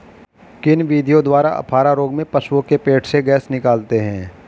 किन विधियों द्वारा अफारा रोग में पशुओं के पेट से गैस निकालते हैं?